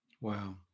Wow